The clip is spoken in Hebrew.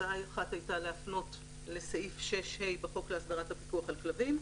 הצעה אחת הייתה להפנות לסעיף 6(ה) בחוק להסדרת הפיקוח על כלבים,